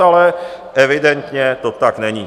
Ale evidentně to tak není.